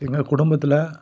எங்கள் குடும்பத்தில்